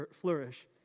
flourish